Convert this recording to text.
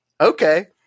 okay